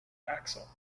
axle